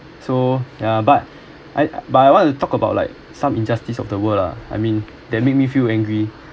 so yeah but I but I want to talk about like some injustice of the world lah I mean that make me feel angry